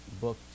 Book